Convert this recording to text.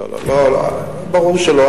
לא לא, ברור שלא.